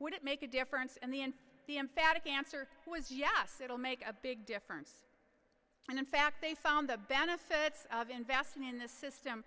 would it make a difference in the end the emphatic answer was yes it'll make a big difference and in fact they found the benefits of investing in the system